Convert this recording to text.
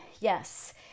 Yes